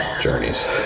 journeys